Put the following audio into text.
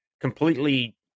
completely